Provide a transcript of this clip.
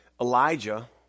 Elijah